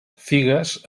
figues